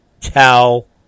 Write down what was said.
tell